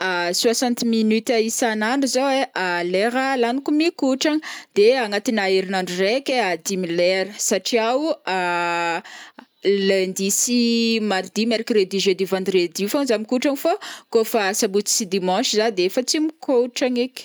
Soixante minutes isanandro zao ai, lera lagniko mikontragna, de agnatina erinandro araiky dimy lera, satria o lundi sy mardi mercredi jeudi vendredi fogna za mikontragna kô fa sabotsy sy dimanche defa tsy mikontragna eky.